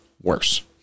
worse